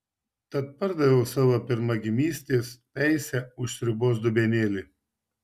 tad pardaviau savo pirmagimystės teisę už sriubos dubenėlį